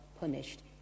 punished